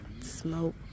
smoke